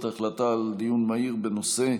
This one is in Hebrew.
דיון מהיר בהצעתם של חברי הכנסת משה ארבל ואריאל קלנר בנושא: